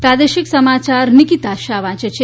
પ્રાદેશિક સમાયાર નિકિતા શાહ વાંચે છે